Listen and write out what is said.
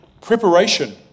preparation